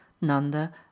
nanda